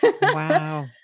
Wow